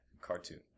cartoon